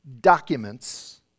documents